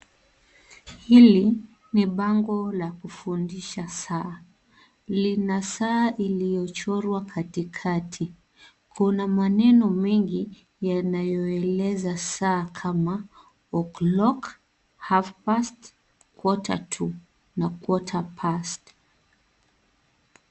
Hili ni bango la kufundisha saa. Lina saa iliyochorwa Kati kati. Kuna maneno mengi yanayoeleza saa kama o'clock, half past, quarter to na quarter past .